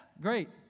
Great